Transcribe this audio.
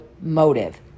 motive